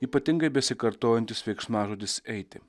ypatingai besikartojantis veiksmažodis eiti